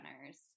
runners